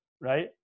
Right